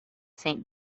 saint